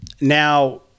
now